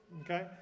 Okay